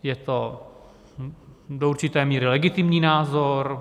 Je to do určité míry legitimní názor.